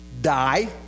die